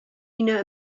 ina